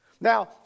Now